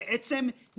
לא מתרגשים מזה.